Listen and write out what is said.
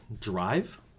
drive